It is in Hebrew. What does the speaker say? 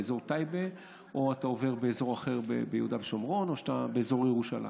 באזור טייבה או באזור אחר ביהודה ושומרון או באזור ירושלים.